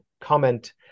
comment